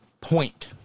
point